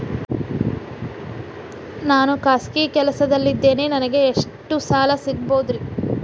ನಾನು ಖಾಸಗಿ ಕೆಲಸದಲ್ಲಿದ್ದೇನೆ ನನಗೆ ಎಷ್ಟು ಸಾಲ ಸಿಗಬಹುದ್ರಿ?